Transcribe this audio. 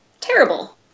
terrible